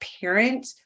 parent